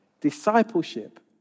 Discipleship